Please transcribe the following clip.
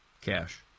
cash